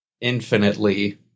infinitely